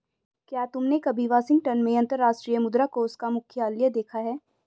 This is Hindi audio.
क्या तुमने कभी वाशिंगटन में अंतर्राष्ट्रीय मुद्रा कोष का मुख्यालय देखा है?